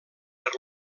per